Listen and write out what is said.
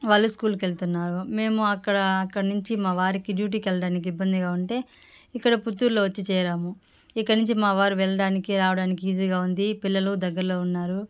వాళ్ళు స్కూల్కి వెళ్తున్నారు మేము అక్కడ అక్కడి నుంచి మావారికి డ్యూటీకి వెళ్ళడానికి ఇబ్బందిగా ఉంటే ఇక్కడ పుత్తూర్లో వచ్చి చేరాము ఇక్కడ నించి మా వారు వెళ్ళడానికి రావడానికి ఈజీగా ఉంది పిల్లలు దగ్గర్లో ఉన్నారు